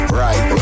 right